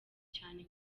cyane